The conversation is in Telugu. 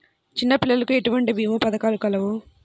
చిన్నపిల్లలకు ఎటువంటి భీమా పథకాలు కలవు?